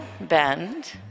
bend